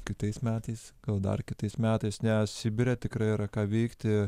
kitais metais gal dar kitais metais nes sibire tikrai yra ką veikti